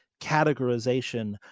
categorization